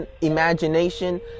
imagination